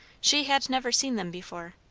she had never seen them before.